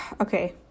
okay